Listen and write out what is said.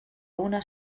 una